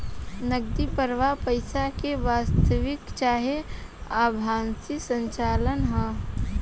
नगदी प्रवाह पईसा के वास्तविक चाहे आभासी संचलन ह